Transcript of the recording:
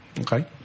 Okay